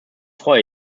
freue